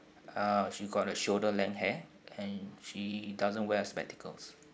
uh she got a shoulder length hair and she doesn't wear a spectacles